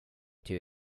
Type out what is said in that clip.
too